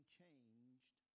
changed